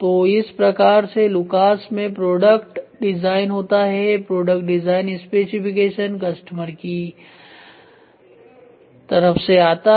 तो इस प्रकार से लुकास में प्रोडक्ट डिजाइन होता है प्रोडक्ट डिजाइन स्पेसिफिकेशन कस्टमर की आवाज से आता है